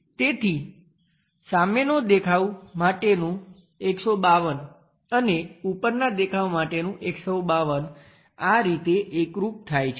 તેથી સામેનો દેખાવ માટેનું 152 અને ઉપરના દેખાવ માટેનું 152 આ રીતે એકરુપ થાય છે